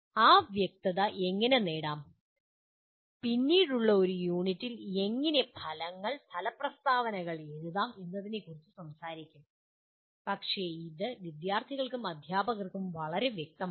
ആ വ്യക്തത എങ്ങനെ നേടാം പിന്നീടുള്ള ഒരു യൂണിറ്റിൽ എങ്ങനെ ഫലങ്ങൾ ഫല പ്രസ്താവനകൾ എഴുതാം എന്നതിനെക്കുറിച്ച് സംസാരിക്കും പക്ഷേ ഇത് വിദ്യാർത്ഥികൾക്കും അധ്യാപകർക്കും വളരെ വ്യക്തമാണ്